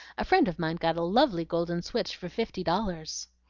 a friend of mine got a lovely golden switch for fifty dollars.